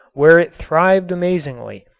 where it thrived amazingly.